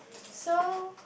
so